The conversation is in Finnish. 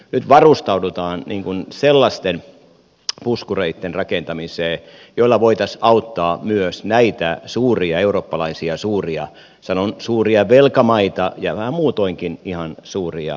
nyt varustaudutaan sellaisten puskureitten rakentamiseen joilla voitaisiin auttaa myös näitä suuria eurooppalaisia sanon suuria velkamaita ja vähän muutoinkin ihan suuria maita